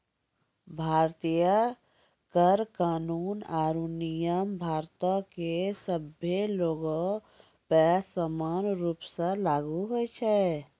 भारतीय कर कानून आरु नियम भारतो के सभ्भे लोगो पे समान रूपो से लागू होय छै